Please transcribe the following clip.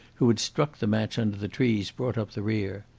who had struck the match under the trees, brought up the rear.